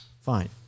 Fine